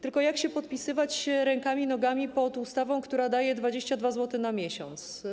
Tylko jak się podpisywać rękami i nogami pod ustawą, która daje 22 zł na miesiąc?